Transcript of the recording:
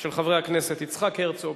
של חברי הכנסת יצחק הרצוג